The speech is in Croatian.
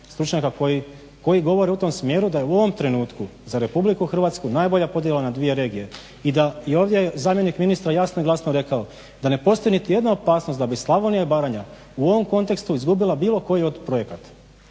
stručnjaka koji govore u tom smjeru, da je u ovom trenutku za Republiku Hrvatsku najbolja podjela na dvije regije i da i ovdje zamjenik ministra jasno i glasno rekao da ne postoji niti jedna opasnost da bi Slavonija i Baranja u ovom kontekstu izgubila bilo koji projekat.